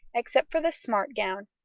except for the smart gown,